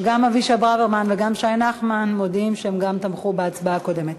גם אבישי ברוורמן וגם נחמן שי מודיעים שהם תמכו בהצבעה הקודמת.